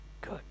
Good